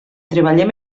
treballem